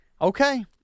Okay